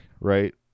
right